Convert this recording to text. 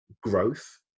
growth